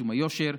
משום היושר,